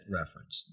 reference